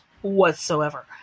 whatsoever